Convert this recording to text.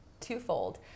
twofold